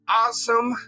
awesome